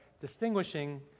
distinguishing